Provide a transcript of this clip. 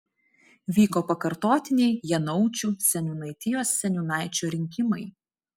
vyko pakartotiniai janaučių seniūnaitijos seniūnaičio rinkimai